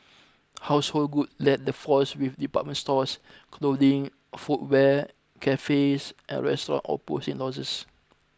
household goods led the falls with department stores clothing footwear cafes and restaurants all posting losses